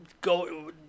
go